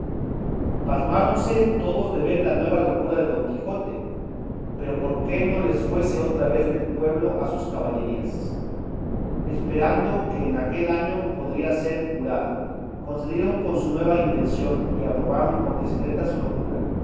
pancino pasmáronse todos de ver la nueva locura de don quijote pero porque no se les fuese otra vez del pueblo a sus caballerías esperando que en aquel año podría ser curado concedieron con su nueva intención y aprobaron por discreta su locura